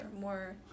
more